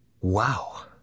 Wow